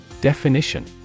definition